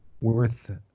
worth